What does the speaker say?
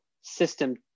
system